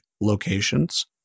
locations